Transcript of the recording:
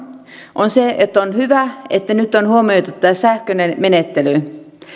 on se että on hyvä että nyt on huomioitu tämä sähköinen menettely